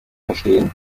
verstehen